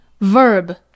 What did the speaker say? verb